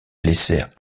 laissèrent